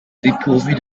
dépourvue